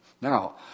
Now